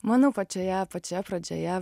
manau pačioje pačioje pradžioje